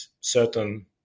certain